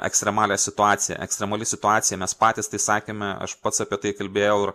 ekstremalią situaciją ekstremali situacija mes patys tai įsakėme aš pats apie tai kalbėjau ir